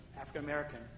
African-American